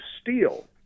steal